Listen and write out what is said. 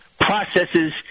processes